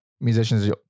musicians